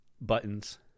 buttons